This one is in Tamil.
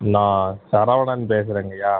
நான் சரவணன் பேசுறேங்கய்யா